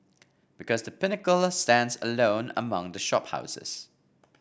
because The Pinnacle stands alone among the shop houses